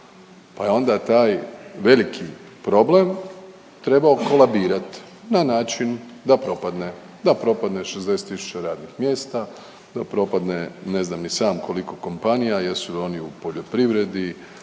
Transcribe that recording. pa je onda taj veliki problem trebao kolabirati na način da propadne, da propadne 60 tisuća radnih mjesta, da propadne ne znam ni sam koliko kompanija jesu li oni u poljoprivredi,